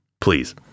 please